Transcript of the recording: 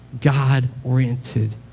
God-oriented